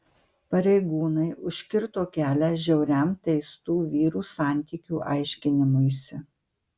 pareigūnai užkirto kelią žiauriam teistų vyrų santykių aiškinimuisi